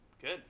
Good